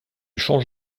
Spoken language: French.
change